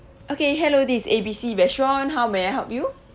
okay hello this A B C restaurant how may I help you